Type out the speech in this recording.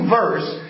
verse